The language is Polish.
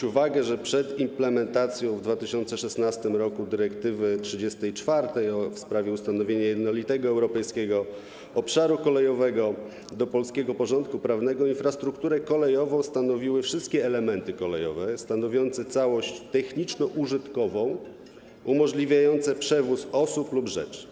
państwa uwagę na to, że przed implementacją w 2016 r. dyrektywy 34 w sprawie ustanowienia jednolitego europejskiego obszaru kolejowego do polskiego porządku prawnego infrastrukturę kolejową stanowiły wszystkie elementy kolejowe stanowiące całość techniczno-użytkową, umożliwiające przewóz osób lub rzeczy.